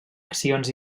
accions